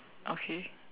okay